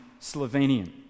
Slovenian